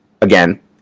Again